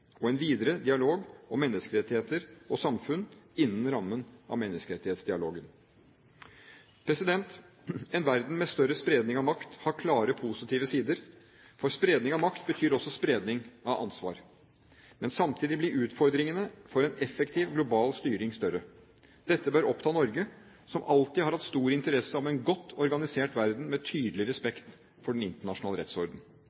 kriser en videre dialog om menneskerettigheter og samfunn, innen rammen av menneskerettighetsdialogen En verden med større spredning av makt har klare positive sider – for spredning av makt betyr også spredning av ansvar. Men samtidig blir utfordringene for effektiv global styring større. Dette bør oppta Norge, som alltid har hatt stor interesse av en godt organisert verden med tydelig